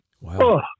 Wow